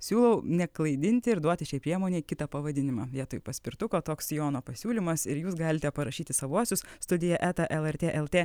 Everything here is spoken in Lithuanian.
siūlau neklaidinti ir duoti šiai priemonei kitą pavadinimą vietoj paspirtuko toks jono pasiūlymas ir jūs galite parašyti savuosius studija eta lrt lt